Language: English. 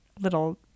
little